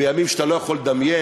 בימים שאתה לא יכול לדמיין,